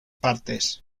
partes